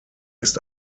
ist